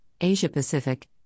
Asia-Pacific